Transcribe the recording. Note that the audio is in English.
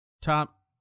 top